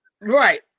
Right